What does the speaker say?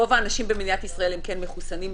רוב האנשים במדינת ישראל הם כן מחוסנים,